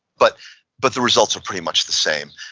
but but the results are pretty much the same.